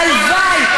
הלוואי,